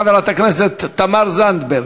חברת הכנסת תמר זנדברג,